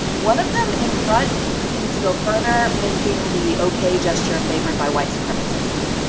one of them in front seems to go further, making the ok gesture favored by white supremacists.